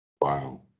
Wow